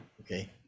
Okay